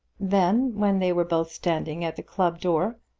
then, when they were both standing at the club door,